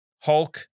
Hulk